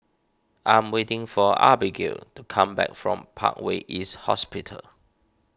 I am waiting for Abagail to come back from Parkway East Hospital